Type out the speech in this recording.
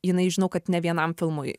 jinai žinau kad ne vienam filmui